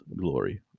glory